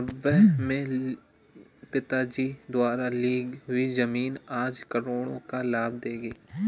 नब्बे में पिताजी द्वारा ली हुई जमीन आज करोड़ों का लाभ देगी